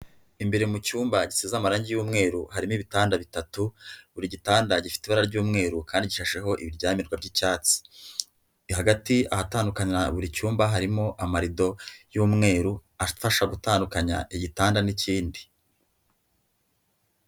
Imbere mu cyumba gisize amarangi y'umweru harimo ibitanda bitatu, buri gitanda gifite ibara ry'umweru kandi gishashaho ibiryamirwa by'icyatsi, hagati ahatandukanira buri cyumba, harimo amarido y'umweru afasha gutandukanya igitanda n'ikindi.